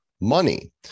money